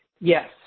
Yes